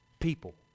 people